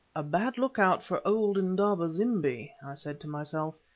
a bad look-out for old indaba-zimbi, i said to myself.